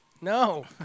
No